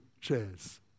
chairs